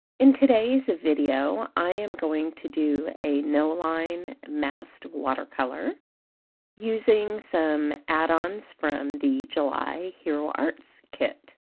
in today's video i am going to do a no line masked watercolor using some add-ons from the july hero arts kit.